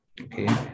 okay